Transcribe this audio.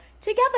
together